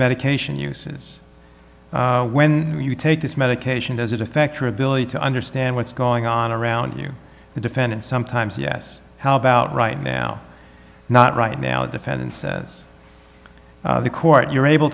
medication uses when you take this medication does it affect your ability to understand what's going on around here the defendant sometimes yes how about right now not right now the defendant says the court you're able